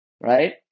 right